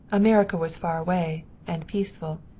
america was far away, and peaceful.